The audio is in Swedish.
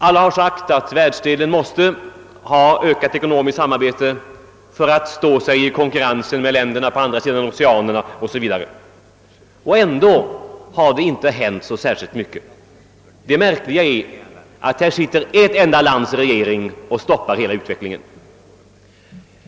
Alla har sagt att vår världsdel måste få till stånd ökat ekonomiskt samarbete för att kunna stå sig i konkurrensen med länderna på andra sidan oceanerna o.s.v. Ändå har det inte hänt särskilt mycket, och det märkliga är att ett enda lands regering stoppar hela utvecklingen.